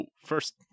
first